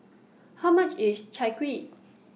How much IS Chai Kuih